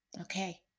Okay